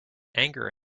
anger